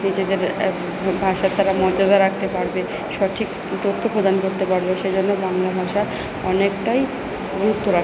নিজেদের এক ভাষার তারা মর্যাদা রাখতে পারবে সঠিক তথ্য প্রদান করতে পারবে সেই জন্য বাংলা ভাষা অনেকটাই গুরুত্ব রাখে